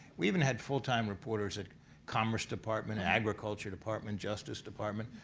we even had full-time reporters at commerce department, agriculture department, justice department.